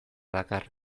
dakar